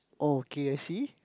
oh okay I see